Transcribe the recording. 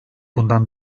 bundan